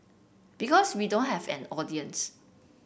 because we don't have an audience